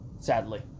Sadly